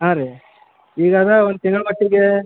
ಹಾಂ ರೀ ಈಗ ಅದೇ ಒಂದು ತಿಂಗಳ ಮಟ್ಟಿಗೆ